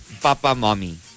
Papa-Mommy